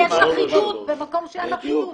בסדר, אם יש אחידות, במקום שאין אחידות.